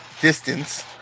Distance